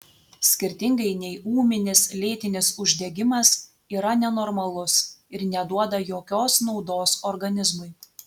skirtingai nei ūminis lėtinis uždegimas yra nenormalus ir neduoda jokios naudos organizmui